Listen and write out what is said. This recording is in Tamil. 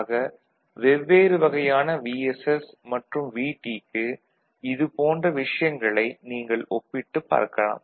ஆக வெவ்வேறு வகையான VSS மற்றும் VT க்கு இது போன்ற விஷயங்களை நீங்கள் ஒப்பிட்டுப் பார்க்கலாம்